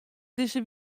dizze